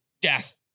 death